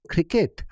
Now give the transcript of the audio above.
Cricket